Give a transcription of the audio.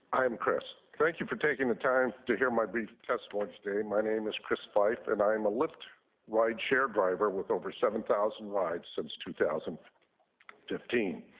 i am chris thank you for taking the time to hear my brief testimony today my name is chris feist and i am a lyft rideshare driver with over seven thousand rides. since two thousand. to